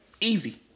Easy